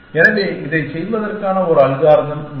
எனவே இதைச் செய்வதற்கான ஒரு அல்காரிதம் இது